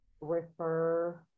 refer